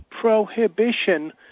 prohibition